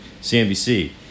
CNBC